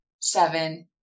seven